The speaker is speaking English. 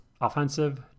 Offensive